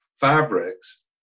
fabrics